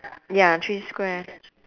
ya three square